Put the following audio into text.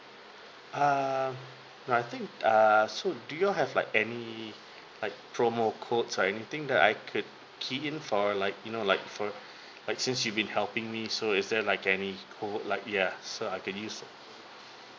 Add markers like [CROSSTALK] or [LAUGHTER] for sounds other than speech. err no I think err so do you all have like any like promo code or anything that I could key in for like you know like for [BREATH] like since you been helping me so is there like any code like yeah so I can use